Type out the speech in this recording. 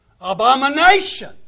Abomination